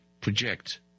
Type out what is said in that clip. project